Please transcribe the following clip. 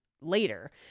later